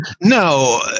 No